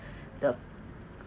the